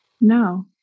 No